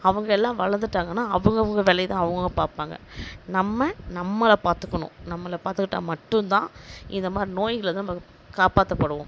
அவங்க எல்லாம் வளர்ந்துட்டாங்கனா அவுங்கவங்க வேலையை தான் அவுங்கவங்க பார்ப்பாங்க நம்ம நம்மளை பார்த்துக்கணும் நம்மளை பார்த்துக்கிட்டா மட்டும் தான் இந்த மாதிரி நோயிகளை நம்ம காப்பாற்றப்படுவோம்